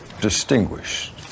Distinguished